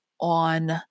on